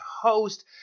host